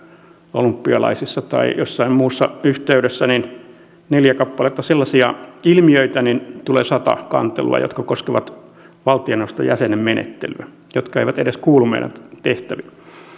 olympialaissa tai jossain muussa yhteydessä neljä kappaletta sellaisia ilmiöitä niin tulee sata kantelua jotka koskevat valtioneuvoston jäsenen menettelyä joka ei edes kuulu meidän tehtäviimme